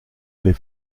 les